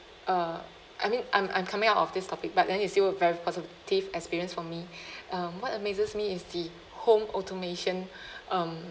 uh I mean I'm I'm coming out of this topic but then it's still a very positive experience for me uh what amazes me is the home automation um